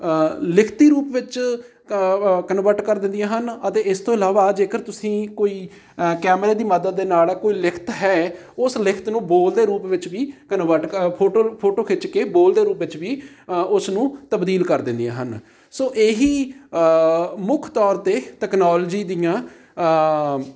ਲਿਖਤੀ ਰੂਪ ਵਿੱਚ ਕ ਵ ਕਨਵਰਟ ਕਰ ਦਿੰਦੀਆਂ ਹਨ ਅਤੇ ਇਸ ਤੋਂ ਇਲਾਵਾ ਜੇਕਰ ਤੁਸੀਂ ਕੋਈ ਕੈਮਰੇ ਦੀ ਮਦਦ ਦੇ ਨਾਲ ਕੋਈ ਲਿਖਤ ਹੈ ਉਸ ਲਿਖਤ ਨੂੰ ਬੋਲ ਦੇ ਰੂਪ ਵਿੱਚ ਵੀ ਕਨਵਰਟ ਕਰ ਫੋਟੋ ਫੋਟੋ ਖਿੱਚ ਕੇ ਬੋਲ ਦੇ ਰੂਪ ਵਿੱਚ ਵੀ ਉਸ ਨੂੰ ਤਬਦੀਲ ਕਰ ਦਿੰਦੀਆਂ ਹਨ ਸੋ ਇਹੀ ਮੁੱਖ ਤੌਰ 'ਤੇ ਤਕਨਾਲੋਜੀ ਦੀਆਂ